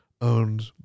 owned